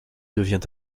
devient